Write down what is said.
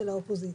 של האופוזיציה.